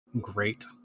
Great